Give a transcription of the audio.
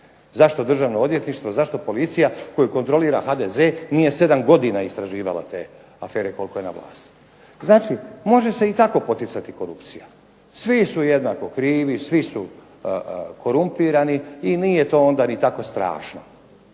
Zašto Državno odvjetništvo, zašto policija koju kontrolira HDZ nije 7 godina istraživala te afere koliko je na vlasti? Znači može se i tako poticati korupcija. Svi su jednako krivi, svi su korumpirani, i nije to onda ni tako strašno.